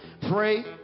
Pray